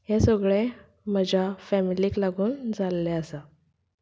हें सगळें म्हज्या फॅमिलीक लागून जाल्लें आसा